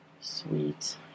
Sweet